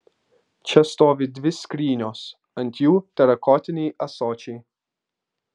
čia stovi dvi skrynios ant jų terakotiniai ąsočiai